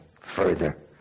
further